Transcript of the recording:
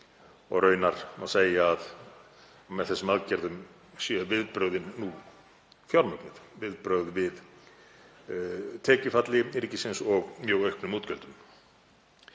Raunar má segja að með þessum aðgerðum séu viðbrögðin nú fjármögnuð, viðbrögð við tekjufalli ríkisins og mjög auknum útgjöldum.